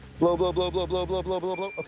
blow, blow, blow, blow, blow, blow, blow, blow, blow.